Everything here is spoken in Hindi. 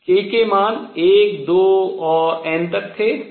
k के मान 1 2 और n तक थे